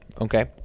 Okay